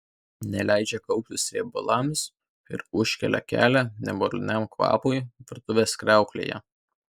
neleidžia kauptis riebalams ir užkerta kelią nemaloniam kvapui virtuvės kriauklėje